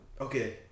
Okay